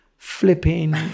flipping